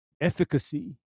efficacy